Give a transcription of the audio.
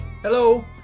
Hello